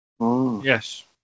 Yes